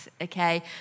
Okay